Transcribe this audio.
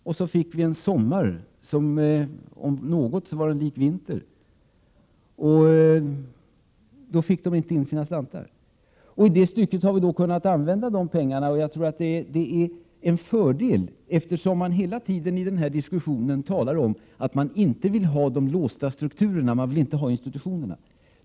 Vi fick emellertid en sommar som mer liknade vinter. Därför fick de inte in de pengar som behövdes. Vi har då kunnat använda de pengar som tas från lotteriverksamheten. Jag tror att det är en fördel, eftersom man i denna diskussion hela tiden talar om att man inte vill ha de låsta strukturerna, man vill inte ha institutionerna.